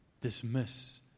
dismiss